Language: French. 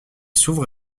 s’ouvre